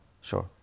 Sure